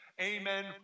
amen